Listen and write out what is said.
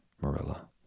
Marilla